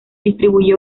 distribuye